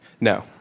No